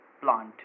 plant